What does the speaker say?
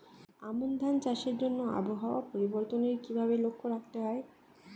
আমন ধান চাষের জন্য আবহাওয়া পরিবর্তনের কিভাবে লক্ষ্য রাখতে হয়?